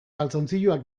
galtzontziloak